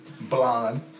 Blonde